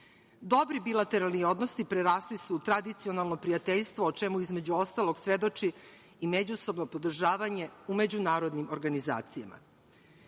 Dobri bilateralni odnosi prerasli su u tradicionalno prijateljstvo o čemu, između ostalog, svedoči i međusobno podržavanje u međunarodnim organizacijama.